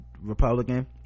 Republican